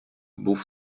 був